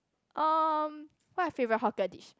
um what your favourite hawker dish